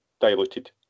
diluted